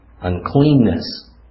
Uncleanness